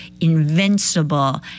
invincible